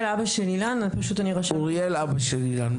אני אוריאל, אבא של אילן.